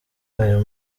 ayo